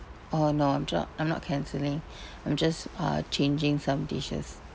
oh no I'm ju~ I'm not cancelling I'm just uh changing some dishes